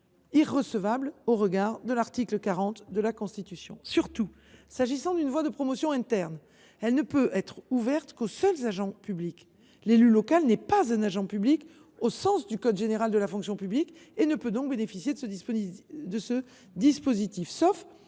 irrecevable au regard de l’article 40 de la Constitution. Surtout, une voie de promotion interne ne peut être ouverte qu’aux seuls agents publics. L’élu local n’est pas un agent public au sens du code général de la fonction publique et ne peut donc bénéficier de ce dispositif,